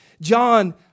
John